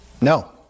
No